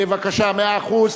בבקשה, מאה אחוז.